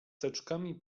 teczkami